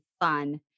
fun